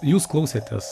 jūs klausėtės